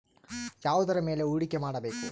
ಯಾವುದರ ಮೇಲೆ ಹೂಡಿಕೆ ಮಾಡಬೇಕು?